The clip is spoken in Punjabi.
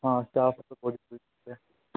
ਹਾਂ ਸਟਾਫ਼ ਤਾਂ